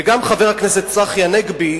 וגם חבר הכנסת צחי הנגבי,